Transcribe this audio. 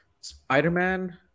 Spider-Man